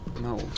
No